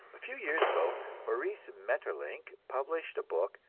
a few years ago maurice maeterlinck published a book,